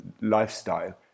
lifestyle